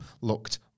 looked